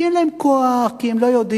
כי אין להם כוח, כי הם לא יודעים,